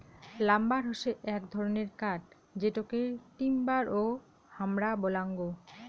lumber হসে এক ধরণের কাঠ যেটোকে টিম্বার ও হামরা বলাঙ্গ